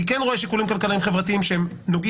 אני כן רואה שיקולים כלכליים חברתיים שנוגעים